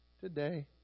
today